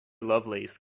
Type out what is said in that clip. lovelace